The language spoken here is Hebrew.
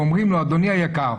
ואומרים לו: זוג יקר,